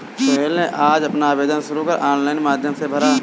सोहेल ने आज अपना आवेदन शुल्क ऑनलाइन माध्यम से भरा